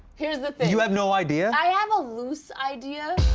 here's the thing you have no idea? i ah have a loose idea.